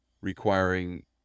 requiring